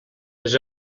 les